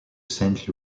saint